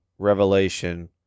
revelation